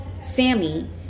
Sammy